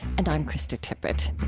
and i'm krista tippett